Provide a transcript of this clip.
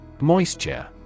Moisture